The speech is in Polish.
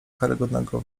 karygodnego